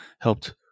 helped